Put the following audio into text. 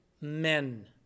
Men